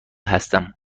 هستم